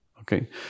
Okay